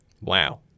Wow